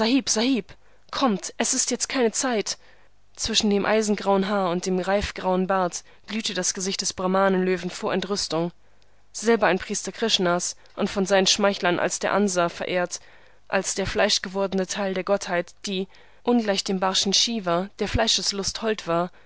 kommt es ist jetzt keine zelt zwischen dem eisengrauen haar und dem reifgrauen bart glühte das gesicht des brahmanenlöwen vor entrüstung selber ein priester krishnas und von seinen schmeichlern als der ansa verehrt als der fleischgewordene teil einer gottheit die ungleich dem barschen iva der fleischeslust hold war